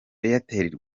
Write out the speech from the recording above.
airtel